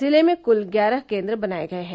जिले में क्ल ग्यारह केन्द्र बनाये गये हैं